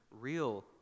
real